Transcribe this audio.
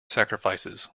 sacrifices